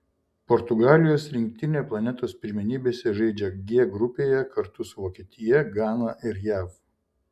portugalijos rinktinė planetos pirmenybėse žaidžia g grupėje kartu su vokietija gana ir jav